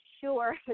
sure